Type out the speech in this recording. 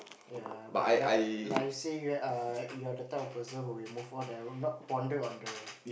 ya but like like you said err you're the type of person who'll move on not ponder on the